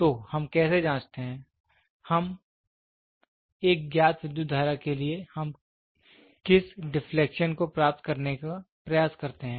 तो हम कैसे जांचते हैं एक ज्ञात विद्युत धारा के लिए हम किस डिफलेक्शन को प्राप्त करने का प्रयास करते हैं